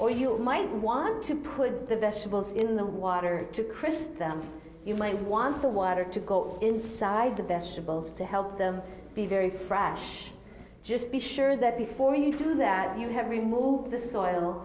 or you might want to put the vegetables in the water to chris you might want the water to go inside the vegetables to help them be very fresh just be sure that before you do that you have removed the soil